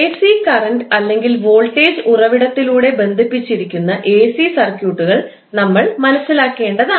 AC current അല്ലെങ്കിൽ voltage ഉറവിടത്തിലൂടെ ബന്ധിപ്പിച്ചിരിക്കുന്ന എസി സർക്യൂട്ടുകൾ നമ്മൾ മനസ്സിലാക്കേണ്ടതാണ്